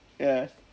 ya